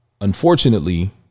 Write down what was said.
Unfortunately